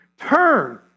Turn